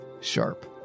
sharp